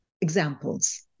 examples